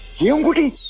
yeah will be